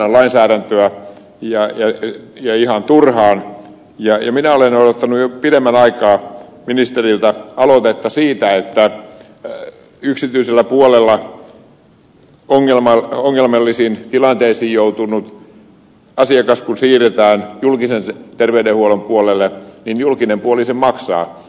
sihto odotti alkoholin mainonnan lainsäädäntöä ja ihan turhaan ja minä olen odottanut jo pidemmän aikaa ministeriltä aloitetta siitä että yksityisellä puolella ongelmallisiin tilanteisiin joutunut asiakas kun siirretään julkisen terveydenhuollon puolelle niin julkinen puoli sen maksaa